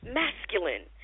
masculine